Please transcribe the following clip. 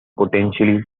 potentially